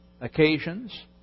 occasions